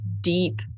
deep